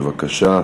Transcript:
בבקשה.